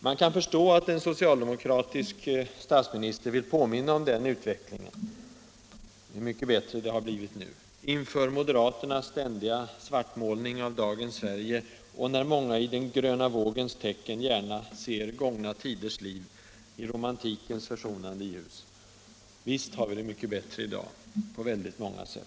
Man kan förstå att en socialdemokratisk statsminister vill påminna om hur mycket bättre det har blivit nu, inför moderaternas ständiga svartmålning av dagens Sverige och när många i den gröna vågens tecken gärna ser gångna tiders liv i romantikens försonande ljus. Visst har vi det mycket bättre i dag, på väldigt många sätt.